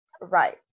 right